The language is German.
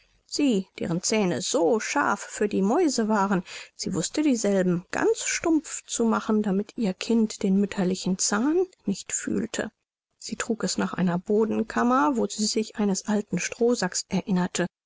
sie deren zähne so scharf für die mäuse waren sie wußte dieselben ganz stumpf zu machen damit ihr kind den mütterlichen zahn nicht fühlte sie trug es nach einer bodenkammer wo sie sich eines alten strohsacks erinnerte